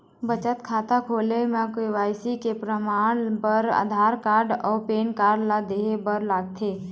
बचत खाता खोले म के.वाइ.सी के परमाण बर आधार कार्ड अउ पैन कार्ड ला देहे बर लागथे